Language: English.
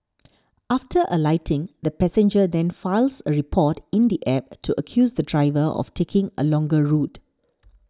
after alighting the passenger then files a report in the App to accuse the driver of taking a longer route